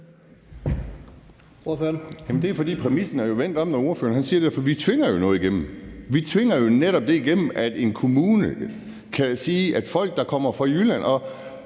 det er, fordi præmissen er vendt om, når ordføreren siger det, for vi tvinger jo noget igennem. Vi tvinger netop det igennem, at en kommune kan rette det mod folk, der kommer fra Jylland.